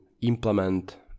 implement